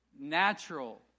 natural